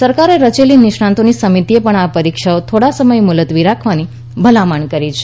સરકારે રચેલી નિષ્ણાંતોની સમિતિએ પણ આ પરીક્ષાઓ થોડો સમય મુલતવી રાખવાની ભલામણ કરી હતી